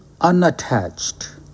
unattached